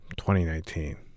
2019